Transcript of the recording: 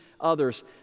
others